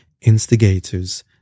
instigators